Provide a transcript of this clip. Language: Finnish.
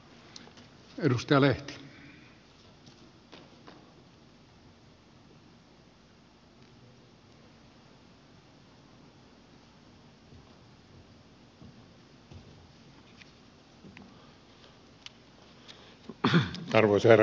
arvoisa herra puhemies